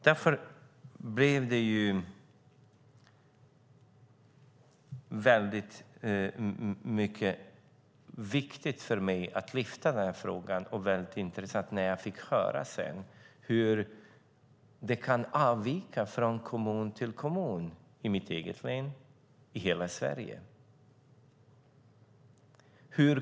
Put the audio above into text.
Därför blev det väldigt viktigt för mig att lyfta upp denna fråga, och det blev väldigt intressant när jag sedan fick höra hur det kan avvika från kommun till kommun - i mitt eget län och i hela Sverige.